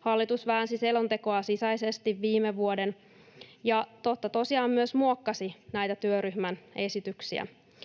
Hallitus väänsi selontekoa sisäisesti viime vuoden ja totta tosiaan myös muokkasi näitä työryhmän esityksiä